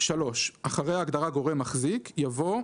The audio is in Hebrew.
אחרי ההגדרה "גורם מחזיק" יבוא: